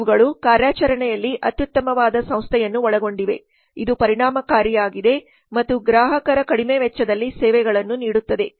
ಇವುಗಳು ಕಾರ್ಯಾಚರಣೆಯಲ್ಲಿ ಅತ್ಯುತ್ತಮವಾದ ಸಂಸ್ಥೆಯನ್ನು ಒಳಗೊಂಡಿವೆ ಇದು ಪರಿಣಾಮಕಾರಿಯಾಗಿದೆ ಮತ್ತು ಗ್ರಾಹಕರ ಕಡಿಮೆ ವೆಚ್ಚದಲ್ಲಿ ಸೇವೆಗಳನ್ನು ನೀಡುತ್ತದೆ